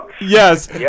Yes